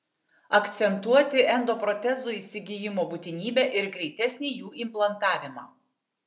akcentuoti endoprotezų įsigijimo būtinybę ir greitesnį jų implantavimą